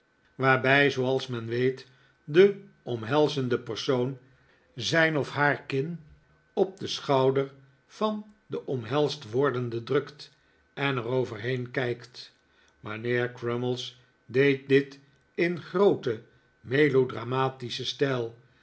waarbij zooals men weet de omhelzende persoon zijn of haar kin op den schouder van den omhelsd wordenden drukt en er overheen kijkt mijnheer crummies deed dit in grooten melo dramatischen stijl